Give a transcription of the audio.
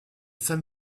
san